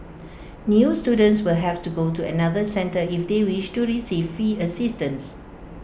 new students will have to go to another centre if they wish to receive fee assistance